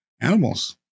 Animals